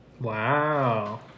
wow